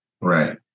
Right